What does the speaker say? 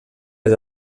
les